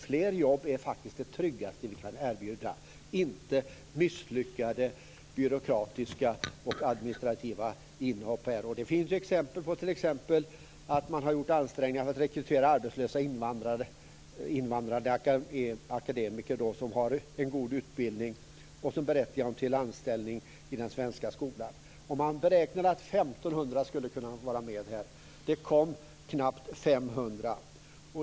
Fler jobb är faktiskt det tryggaste vi kan erbjuda, inte misslyckade byråkratiska och administrativa inhopp. Det finns bl.a. exempel på att man har gjort ansträngningar för att rekrytera arbetslösa invandrade akademiker med god utbildning som borde berättiga dem till anställning i den svenska skolan. Man beräknade att 1 500 skulle kunna vara med. Det kom knappt 500.